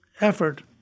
effort